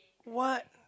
what